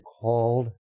called